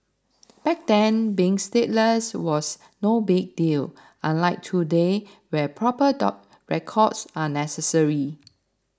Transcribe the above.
back then being stateless was no big deal unlike today where proper dog records are necessary